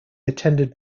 attended